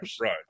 right